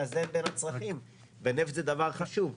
לאזן בין הצרכים ונפט זה דבר חשוב.